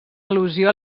al·lusió